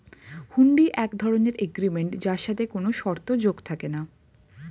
হুন্ডি এক ধরণের এগ্রিমেন্ট যার সাথে কোনো শর্ত যোগ থাকে না